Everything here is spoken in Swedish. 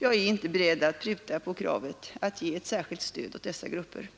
Jag är inte beredd att pruta på kravet att ge ett särskilt stöd åt dessa grupper